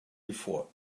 before